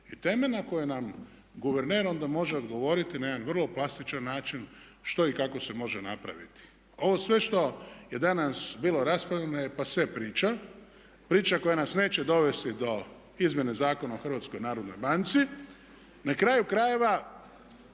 i teme na koje nam guverner onda može odgovoriti na jedan vrlo plastičan način što i kako se može napraviti. Ovo sve što je danas bilo raspravljeno je pase priča, priča koja nas neće dovesti do izmjene Zakona o HNB-u. Na kraju krajeva,